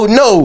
no